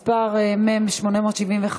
מס' מ/875.